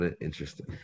Interesting